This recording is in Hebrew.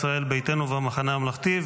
ישראל ביתנו והמחנה הממלכתי,